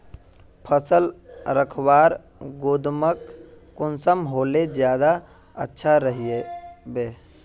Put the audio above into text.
फसल रखवार गोदाम कुंसम होले ज्यादा अच्छा रहिबे?